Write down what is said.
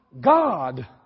God